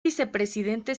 vicepresidente